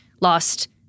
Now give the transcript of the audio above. lost